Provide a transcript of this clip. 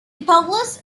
police